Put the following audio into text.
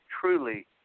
truly